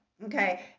Okay